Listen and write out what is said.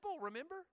remember